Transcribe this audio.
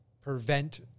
prevent